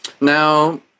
Now